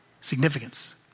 significance